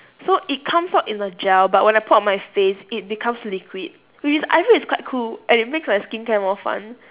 so it comes out in a gel but when I put on my face it becomes liquid which is I feel is quite cool and it makes my skincare more fun